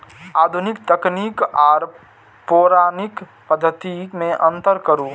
आधुनिक तकनीक आर पौराणिक पद्धति में अंतर करू?